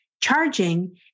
charging